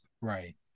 Right